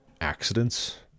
accidents